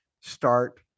start